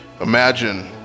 Imagine